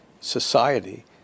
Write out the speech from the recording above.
society